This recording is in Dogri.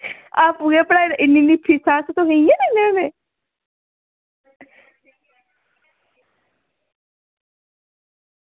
आपूं गै पढ़ा दे इन्ने तुस इयै पढ़ाने होने